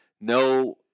no